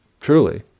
truly